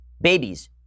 Babies